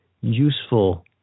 useful